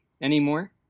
anymore